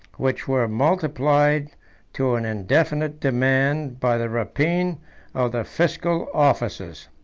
which were multiplied to an indefinite demand by the rapine of the fiscal officers.